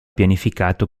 pianificato